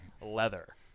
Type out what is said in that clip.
leather